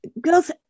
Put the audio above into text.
Girls